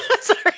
Sorry